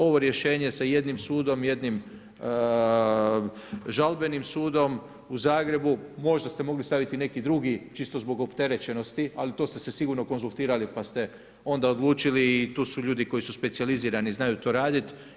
Ovo rješenje sa jednim sudom, jednim žalbenim sudom u Zagrebu, možda ste mogli staviti i neki drugi čisto zbog opterećenosti ali to ste se sigurno konzultirali pa ste onda odlučili i tu su ljudi koji su specijalizirani, znaju to raditi.